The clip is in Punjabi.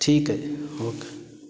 ਠੀਕ ਹੈ ਜੀ ਓਕੇ